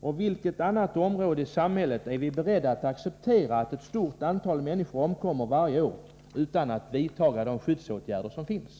På vilket annat område i samhället är vi beredda att acceptera att ett stort antal människor omkommer varje år utan att vi vidtagit de skyddsåtgärder som står till buds.